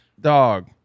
Dog